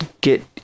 get